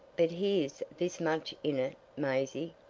but here's this much in it, maisie,